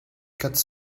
quatre